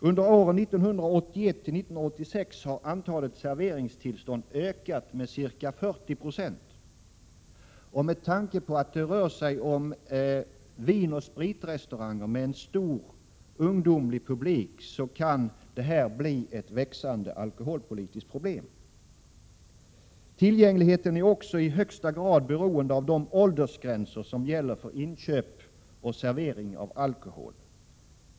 Under åren 1981-1986 har antalet serveringstillstånd ökat med ca 40 20. Med tanke på att det rör sig om vinoch spritrestauranger med en stor ungdomlig publik kan detta bli ett växande alkoholpolitiskt problem. Tillgängligheten är också i högsta grad beroende av de åldersgränser som gäller för inköp och servering av alkohol.